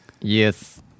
Yes